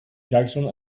jackson